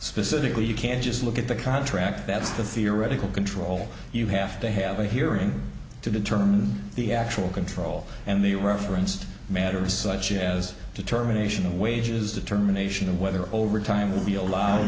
specifically you can't just look at the contract that's the theoretical control you have to have a hearing to determine the actual control and the referenced matters such as determination of wages determination of whether overtime will be al